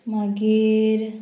मागीर